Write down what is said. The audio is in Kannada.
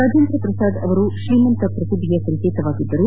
ರಾಜೇಂದ್ರಪ್ರಸಾದ್ ಅವರು ಶ್ರೀಮಂತ ಪ್ರತಿಭೆಯ ಸಂಕೇತವಾಗಿದ್ದರು